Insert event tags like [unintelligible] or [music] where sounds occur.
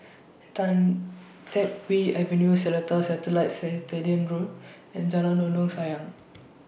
Tan Teck Whye Avenue Seletar Satellite [unintelligible] Road and Jalan Dondang Sayang